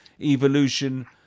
evolution